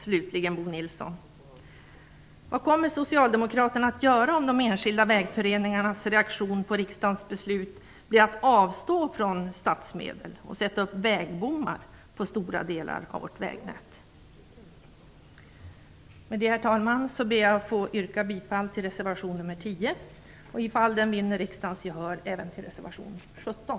Slutligen, Bo Nilsson: Vad kommer Socialdemokraterna att göra om de enskilda vägföreningarnas reaktion på riksdagens beslut blir att avstå från statsmedel och att sätta upp vägbommar på stora delar av vårt vägnät? Med detta, herr talman, ber jag att få yrka bifall till reservation nr 10 och ifall den vinner riksdagens gehör även till reservation nr 17.